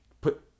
put